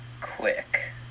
quick